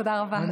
תודה רבה.